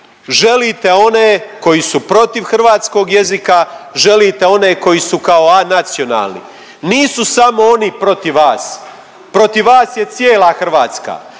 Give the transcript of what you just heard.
želite one koji su protiv hrvatskog jezika, želite one koji su kao anacionalni. Nisu samo oni protiv vas, protiv vas je cijela Hrvatska,